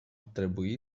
trebui